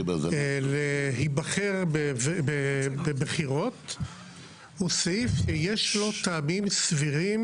להיבחר בבחירות הוא סעיף שיש לו טעמים סבירים.